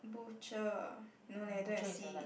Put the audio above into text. butcher no leh don't have C